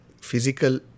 physical